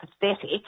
pathetic